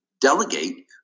delegate